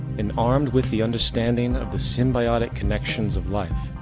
and armed with the understanding of the symbiotic connections of life,